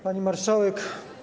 Pani Marszałek!